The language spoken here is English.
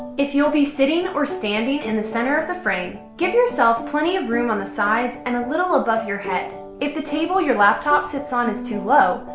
if you'll be sitting or standing in the center of the frame, give yourself plenty of room on the sides and a little above your head. if the table your laptop sits on is too low,